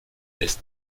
des